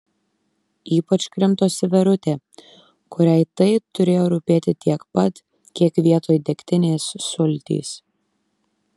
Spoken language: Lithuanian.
ypač krimtosi verutė kuriai tai turėjo rūpėti tiek pat kiek vietoj degtinės sultys